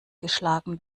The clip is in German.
geschlagen